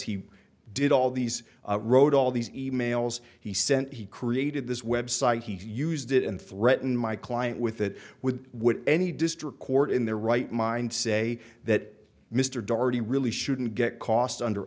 he did all these wrote all these e mails he sent he created this website he used it and threatened my client with that with would any district court in their right mind say that mr doherty really shouldn't get cost under